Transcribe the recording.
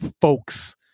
folks